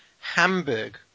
Hamburg